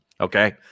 okay